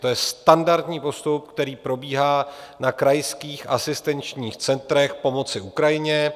To je standardní postup, který probíhá na krajských asistenčních centrech pomoci Ukrajině.